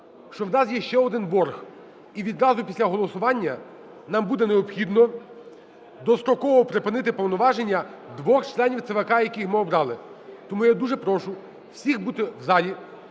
що в нас є ще один борг і відразу після голосування нам буде необхідно достроково припинити повноваження двох членів ЦВК, яких ми обрали. Тому я дуже прошу всіх бути в залі.